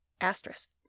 asterisk